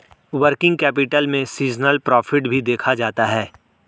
working capital में seasonal profit भी देखा जाता है